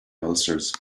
ulcers